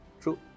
true